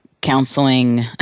counseling